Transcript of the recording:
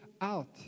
out